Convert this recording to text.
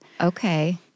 Okay